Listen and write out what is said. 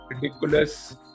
ridiculous